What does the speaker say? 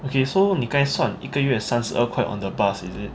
okay so 你刚才算一个月三十二块 on the bus is it